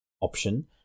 option